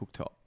cooktop